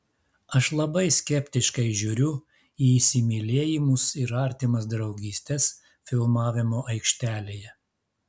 aš labai skeptiškai žiūriu į įsimylėjimus ir artimas draugystes filmavimo aikštelėje